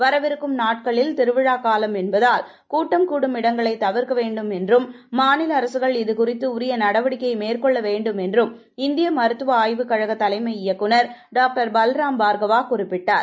வரவிருக்கும் நாட்களில் திருவிழாக் காலம் என்பதால் கூட்டம் கூடும் இடங்களை தவிர்க்க வேண்டும் என்றும் மாநில அரசுகள் இது குறித்து உரிய நடவடிக்கைகளை மேற்கொள்ள வேண்டும் என்று இந்திய மருத்துவ ஆய்வுக் கழக தலைமை இயக்குநர் டாக்டர் பல்ராம் பார்கவா குறிப்பிட்டார்